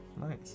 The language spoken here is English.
Nice